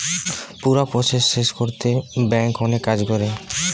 পুরা প্রসেস শেষ কোরতে ব্যাংক অনেক কাজ করে